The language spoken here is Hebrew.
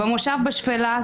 במושב בשפלה,